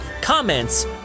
comments